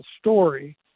story